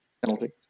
penalty